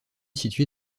située